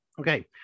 Okay